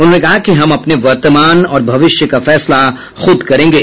उन्होंने कहा कि हम अपने वर्तमान और भविष्य का फैसला खुद करेंगे